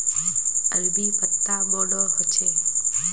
अरबी पत्ता बोडो होचे